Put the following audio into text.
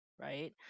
right